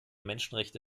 menschenrechte